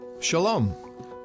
Shalom